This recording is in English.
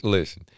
Listen